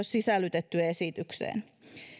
sisällytetty esitykseen